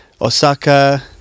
Osaka